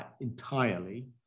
entirely